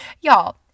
Y'all